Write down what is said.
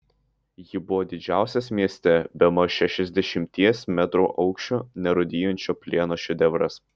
ji buvo didžiausias mieste bemaž šešiasdešimties metrų aukščio nerūdijančio plieno šedevras